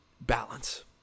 balance